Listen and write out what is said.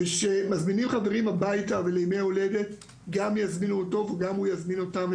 וכשמזמינים חברים הביתה ולימי הולדת גם יזמינו אותו וגם הוא יזמין אותם,